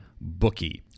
bookie